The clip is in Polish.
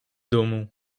domu